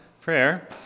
prayer